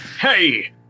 Hey